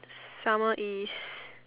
summer East